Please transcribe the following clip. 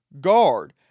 guard